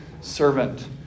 servant